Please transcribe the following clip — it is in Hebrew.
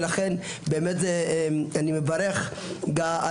לכן באמת אני מברך על